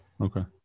Okay